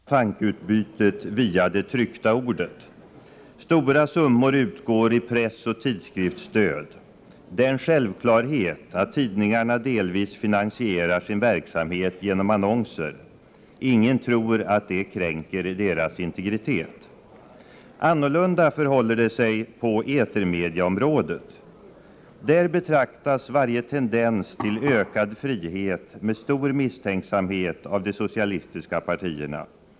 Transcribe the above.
Herr talman! På skilda sätt söker vi i vårt land gynna tankeutbytet via det tryckta ordet. Stora summor utgår i pressoch tidsskriftsstöd. Det är en självklarhet att tidningarna delvis finansierar sin verksamhet genom annonser. Ingen tror att det kränker deras integritet. Annorlunda förhåller det sig på etermediaområdet. Där betraktas varje tendens till ökad frihet med stor misstänksamhet av de socialistiska partierna.